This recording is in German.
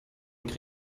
auch